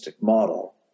model